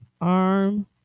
arm